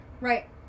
right